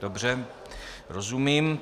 Dobře, rozumím.